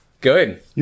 Good